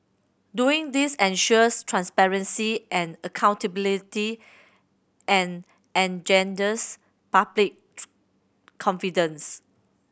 doing this ensures transparency and accountability and engenders public confidence